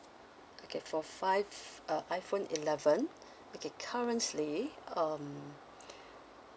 okay for five f~ uh iphone eleven okay currently um